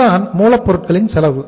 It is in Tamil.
இதுதான் மூலப்பொருட்களின் செலவு